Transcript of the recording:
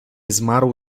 zmarł